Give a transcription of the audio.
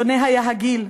שונה היה הגיל,